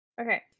Okay